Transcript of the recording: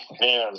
Man